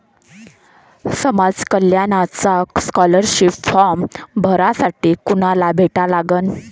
समाज कल्याणचा scholarship form भरासाठी कुनाले भेटा लागन?